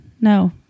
No